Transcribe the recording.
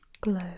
glow